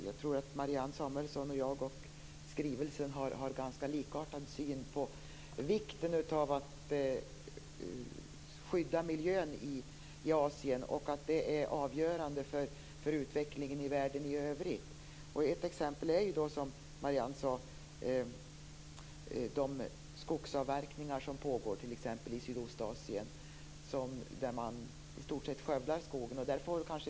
Jag tror att Marianne Samuelsson och jag i stort sett delar den syn som framkommer i skrivelsen i fråga om vikten av att skydda miljön i Asien och att det är avgörande för utvecklingen i världen i övrigt. Ett exempel är det som Marianne Samuelsson tog upp, nämligen de skogsavverkningar som pågår t.ex. i Sydostasien där man i stort sett skövlar skogen.